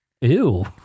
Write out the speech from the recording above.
Ew